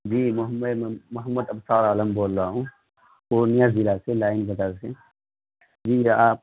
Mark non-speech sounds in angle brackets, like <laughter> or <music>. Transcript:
جی محمد ابصار عالم بول رہا ہوں پورنیہ ضلع سے لائن <unintelligible> سے جی آپ